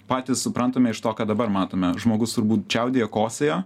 patys suprantame iš to ką dabar matome žmogus turbūt čiaudėjo kosėjo